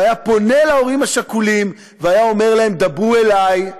והיה פונה להורים השכולים והיה אומר להם: דברו אלי,